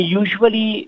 usually